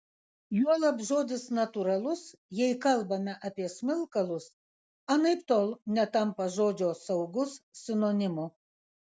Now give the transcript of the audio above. juolab žodis natūralus jei kalbame apie smilkalus anaiptol netampa žodžio saugus sinonimu